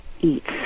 eats